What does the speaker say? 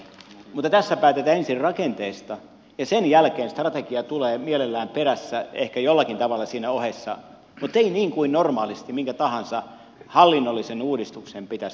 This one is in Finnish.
mutta tässä päätetään ensin rakenteesta ja sen jälkeen strategia tulee mielellään perässä ehkä jollakin tavalla siinä ohessa mutta ei niin kuin normaalisti minkä tahansa hallinnollisen uudistuksen pitäisi tapahtua